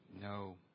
no